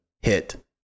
hit